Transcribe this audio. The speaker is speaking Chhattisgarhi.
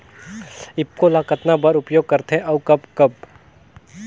ईफको ल कतना बर उपयोग करथे और कब कब?